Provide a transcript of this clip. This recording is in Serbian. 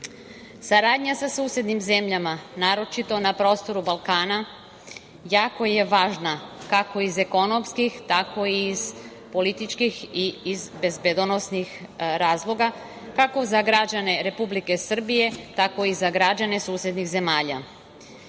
prava. Saradnja sa susednim zemljama, naročito na prostoru Balkana, jako je važna kako iz ekonomski, tako i iz političkih i iz bezbednosnih razloga, kako za građane Republike Srbije, tako i za građane susednih zemalja. Jedan